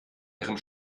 ihrem